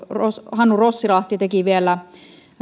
hannu rossilahti teki vielä